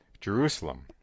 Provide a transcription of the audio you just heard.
Jerusalem